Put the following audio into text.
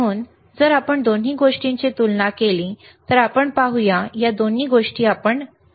म्हणून जर आपण दोन्ही गोष्टींची तुलना केली तर आपण पाहू या दोन्ही गोष्टी आपण पाहू